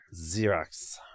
Xerox